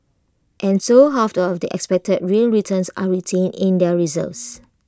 and so half of the expected real returns are retained in the reserves